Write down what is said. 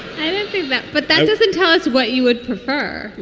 i don't think that but that doesn't tell us what you would prefer.